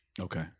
Okay